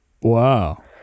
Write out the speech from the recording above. Wow